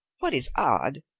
what is odd,